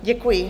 Děkuji.